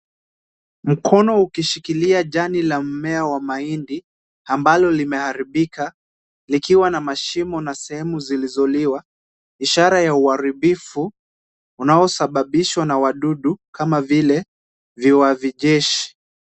Mkono ukishikilia jani la mmea wa mahindi, ambalo limeharibika, likiwa na mashimo na sehemu zilizoliwa. Ishara ya uharibifu, unaosababishwa na wadudu kama vile viwavi jeshi.